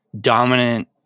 dominant